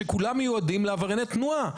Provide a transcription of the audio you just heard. שכולם מיועדים לעברייני תנועה.